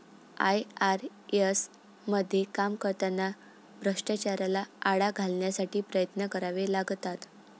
IRS मध्ये काम करताना भ्रष्टाचाराला आळा घालण्यासाठी प्रयत्न करावे लागतात